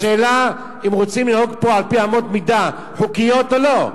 השאלה אם רוצים לנהוג פה על-פי אמות מידה חוקיות או לא.